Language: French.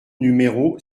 numéro